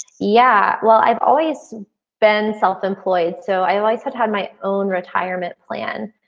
yeah. well, i've always been self-employed. so i always had had my own retirement plan.